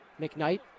mcknight